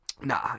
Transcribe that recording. Nah